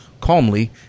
calmly